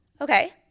Okay